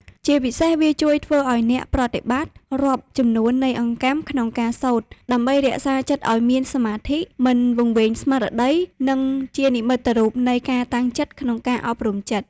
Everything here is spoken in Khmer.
ជាពិសេស វាជួយធ្វើអោយអ្នកប្រតិបត្តិ រាប់ចំនួននៃអង្កាំក្នុងការសូត្រ ដើម្បីរក្សាចិត្តឱ្យមានសមាធិ មិនវង្វេងស្មារតី និងជានិមិត្តរូបនៃការតាំងចិត្តក្នុងការអប់រំចិត្ត។